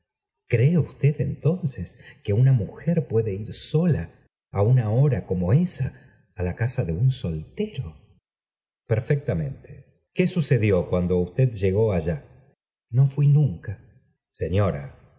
ee usted entonces que una mujer puede ir sola á una hora como esa á la casa de un soltero i uegódiát fcamen e suce rá cuando usted no fui nunca j señora